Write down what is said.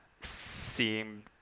seem